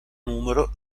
numero